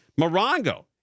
Morongo